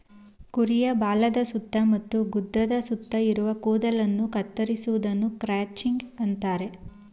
ಕುರಿಯ ಬಾಲದ ಸುತ್ತ ಮತ್ತು ಗುದದ ಸುತ್ತ ಇರುವ ಕೂದಲನ್ನು ಕತ್ತರಿಸುವುದನ್ನು ಕ್ರಚಿಂಗ್ ಅಂತರೆ